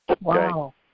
Wow